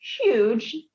huge